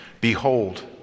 Behold